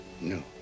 No